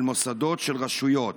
של מוסדות, של רשויות.